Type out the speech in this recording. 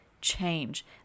change